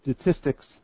statistics